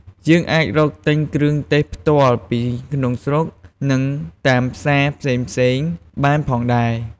យើងអាចរកទិញគ្រឿងទេសផ្ទាល់ពីក្នុងស្រុក ឬតាមផ្សារផ្សេងៗបានផងដែរ។